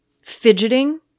fidgeting